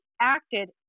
acted